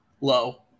low